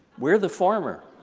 we're the former.